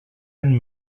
and